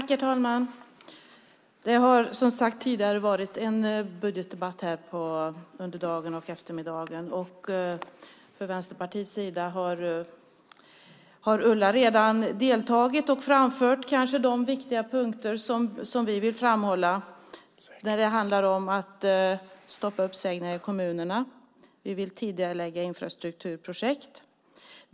Herr talman! Som tidigare sagts har vi under förmiddagen och eftermiddagen här haft en budgetdebatt. Ulla Andersson har för Vänsterpartiets del redan deltagit i diskussionen och framfört de viktiga punkter som vi vill framhålla. Det handlar då om att stoppa uppsägningar i kommunerna och om att vi vill tidigarelägga infrastrukturprojekt.